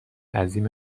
عظیم